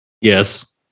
Yes